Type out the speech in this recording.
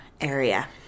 area